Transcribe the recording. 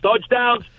touchdowns